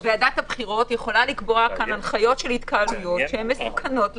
ועדת הבחירות יכולה לקבוע כאן הנחיות של התקהלויות שהן מסוכנות לציבור.